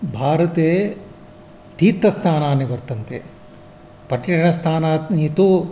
भारते तीर्थस्थानानि वर्तन्ते पर्यटनस्थानानितु